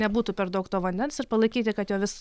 nebūtų per daug to vandens ir palaikyti kad jo vis